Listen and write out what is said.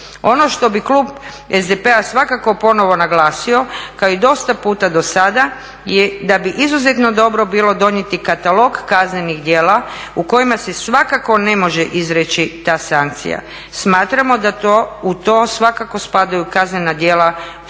Ono što bi klub SDP-a svakako ponovno naglasio kao i dosta puta dosada je da bi izuzetno dobro bilo donijeti katalog kaznenih djela u kojima se svakako ne može izreći ta sankcija. Smatramo da u to svakako spadaju kaznena djela s